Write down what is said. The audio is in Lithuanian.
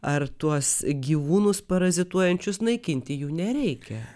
ar tuos gyvūnus parazituojančius naikinti jų nereikia